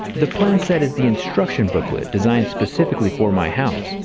the plan set is the instruction booklet designed specifically for my house,